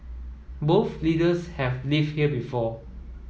both leaders have lived here before